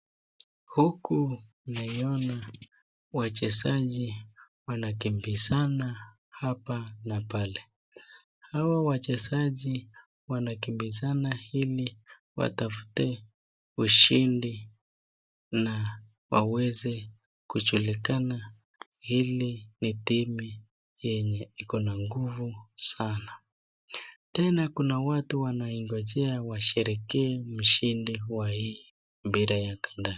Huku nawaona wachezaji wanakimbizana hapa na pale. Hawa wachezaji wanakimbizana ili watafute ushindi na waweze kujulikana ili ni timu yenye iko na nguvu sana. Tena kuna watu wanaingojea washerekee mshindi wa hii mpira ya kandanda.